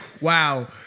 wow